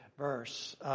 verse